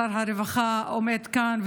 שר הרווחה עומד כאן,